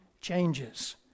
changes